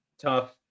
tough